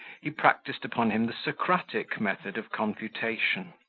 he practised upon him the socratic method of confutation,